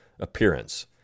appearance